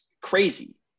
crazy